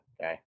Okay